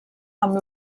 amb